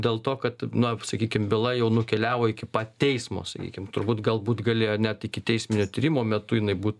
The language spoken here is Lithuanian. dėl to kad na sakykim byla jau nukeliavo iki pat teismo sakykim turbūt galbūt galėjo net ikiteisminio tyrimo metu jinai būt